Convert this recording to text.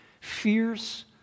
fierce